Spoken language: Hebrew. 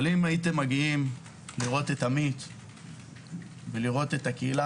אבל אם הייתם מגיעים ורואים את עמית ואת הקהילה,